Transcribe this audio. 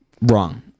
wrong